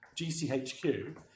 GCHQ